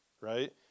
right